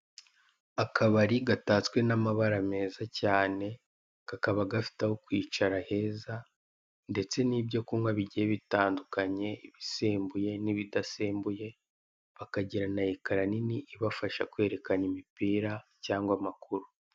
Akabari gatatswe n'amabara meza cyane, kakaba gafite aho kwicara heza, ndetse n'ibyo kunywa bigiye bitandukanye, ibisembuye n'ibidasembuye, bakagira na ekara nini ibafasha kwerekana imipira cyangwa amakuru.